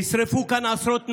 נשרפו כאן עשרות ניידות,